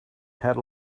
had